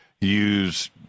use